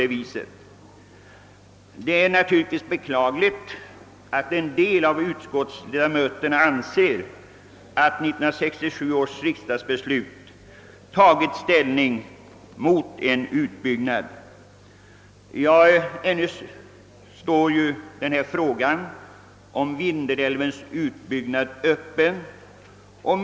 Det är naturligtvis beklagligt att en del av utskottsledamöterna anser att 1967 års riksdagsbeslut innebär ställningstagande mot en utbyggnad. Frågan om Vindelälvens utbyggnad står fortfarande öppen.